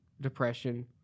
depression